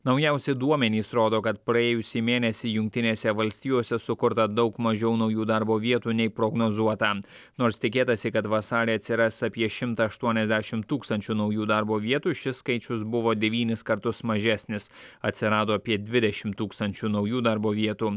naujausi duomenys rodo kad praėjusį mėnesį jungtinėse valstijose sukurta daug mažiau naujų darbo vietų nei prognozuota nors tikėtasi kad vasarį atsiras apie šimtą aštuoniasdešimt tūkstančių naujų darbo vietų šis skaičius buvo devynis kartus mažesnis atsirado apie dvidešimt tūkstančių naujų darbo vietų